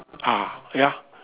ah ya